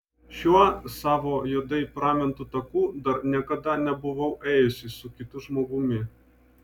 šiuo savo juodai pramintu taku dar niekada nebuvau ėjusi su kitu žmogumi